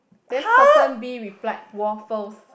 then person B replied waffles